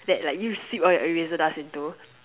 that like you sweep all your eraser dust into